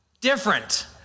different